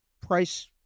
price